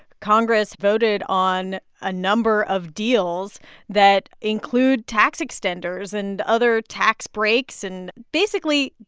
congress voted on a number of deals that include tax extenders and other tax breaks. and, basically,